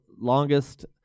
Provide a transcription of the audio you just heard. longest